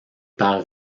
par